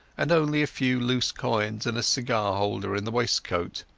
and only a few loose coins and a cigar-holder in the waistcoat.